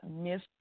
missed